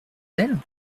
d’elle